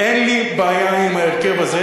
אין לי בעיה עם ההרכב הזה,